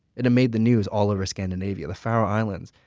it made the news all over scandinavia the faroe islands,